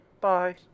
Bye